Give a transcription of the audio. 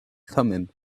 thummim